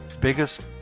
biggest